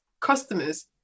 customers